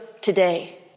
today